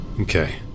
Okay